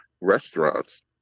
restaurants